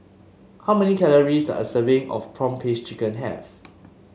how many calories does a serving of prawn paste chicken have